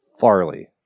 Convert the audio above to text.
Farley